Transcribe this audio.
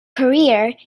career